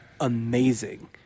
amazing